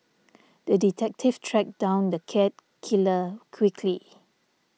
the detective tracked down the cat killer quickly